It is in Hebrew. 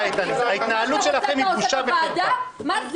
הוועדה הזאת